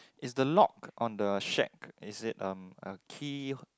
is the lock on the shack is it um a key